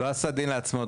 הוא לא עשה דין לעצמו.